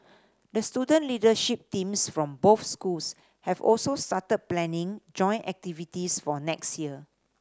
the student leadership teams from both schools have also started planning joint activities for next year